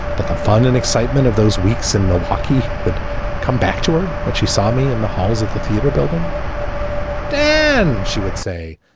but the fun and excitement of those weeks in milwaukee would come back to her when she saw me in the halls of the theater building then she would say,